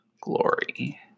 glory